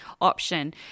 option